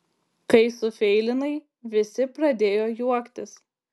kai sufeilinai visi pradėjo juoktis